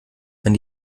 wenn